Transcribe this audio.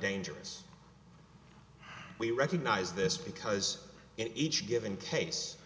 dangerous we recognize this because in each given case